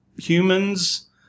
humans